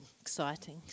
exciting